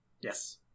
Yes